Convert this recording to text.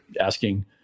asking